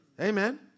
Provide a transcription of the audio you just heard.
Amen